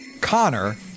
Connor